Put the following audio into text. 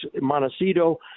Montecito